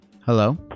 Hello